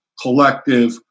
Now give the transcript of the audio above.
collective